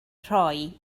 rhoi